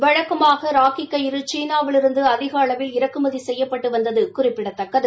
வழக்கமாக ராக்கி கயறு சீனாவிலிருந்து அதிக அளவில் இறக்குமதி செய்யப்பட்டு வந்தது குறிப்பிடத்தக்கது